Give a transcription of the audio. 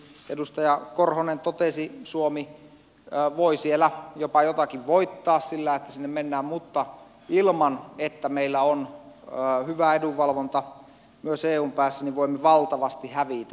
niin kuin edustaja korhonen totesi suomi voi siellä jopa jotakin voittaa sillä että sinne mennään mutta ilman hyvää edunvalvontaa myös eun päässä voimme valtavasti hävitä